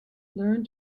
learn